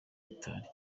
gitari